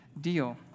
deal